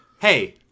Hey